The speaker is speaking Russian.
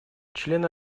члены